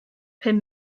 pum